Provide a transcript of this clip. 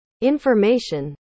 information